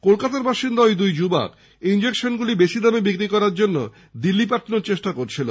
কলকাতার বাসিন্দা ঐ দুই যুবক ইনজেকশনগুলি বেশি দামে বিক্রি করার জন্য দিল্লী পাঠানোর চেষ্টা করছিলেন